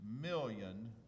million